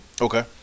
Okay